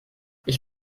ich